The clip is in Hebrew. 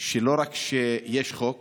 שלא רק שיש חוק